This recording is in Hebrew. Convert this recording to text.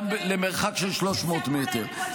גם למרחק של 300 מטר.